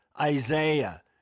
Isaiah